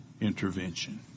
intervention